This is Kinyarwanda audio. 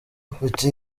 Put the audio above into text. ufite